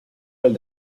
del